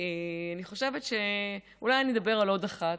אני חושבת שאולי אני אדבר על עוד אחת,